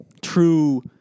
true